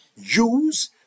Use